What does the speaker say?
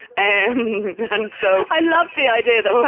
and so i love the idea that